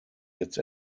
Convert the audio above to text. jetzt